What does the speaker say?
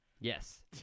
Yes